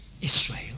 Israel